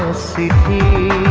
cp